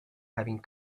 having